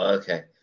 Okay